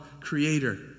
Creator